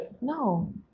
No